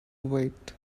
wait